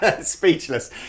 speechless